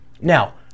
Now